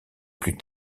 plus